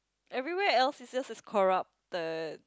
everywhere else is just as corrupted